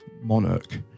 monarch